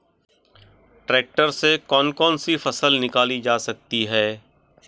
Tractor से कौन कौनसी फसल निकाली जा सकती हैं?